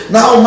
Now